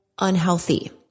unhealthy